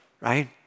right